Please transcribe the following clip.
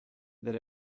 that